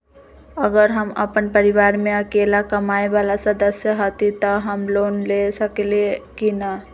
अगर हम अपन परिवार में अकेला कमाये वाला सदस्य हती त हम लोन ले सकेली की न?